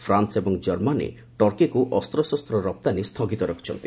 France ଏବଂ ଜର୍ମାନୀ ଟର୍କିକୁ ଅସ୍ତ୍ରଶସ୍ତ୍ର ରପ୍ତାନୀ ସ୍ଥୁଗିତ ରଖିଛନ୍ତି